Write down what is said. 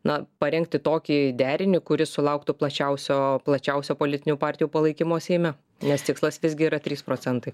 na parengti tokį derinį kuris sulauktų plačiausio plačiausio politinių partijų palaikymo seime nes tikslas visgi yra trys procentai